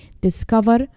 discover